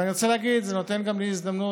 אני רוצה להגיד שזה נותן גם לי הזדמנות,